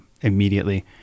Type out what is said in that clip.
immediately